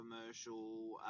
commercial